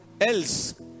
else